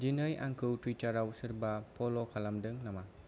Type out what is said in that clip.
दिनै आंखौ टुइटाराव सोरबा फल' खालामदों नामा